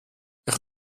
ich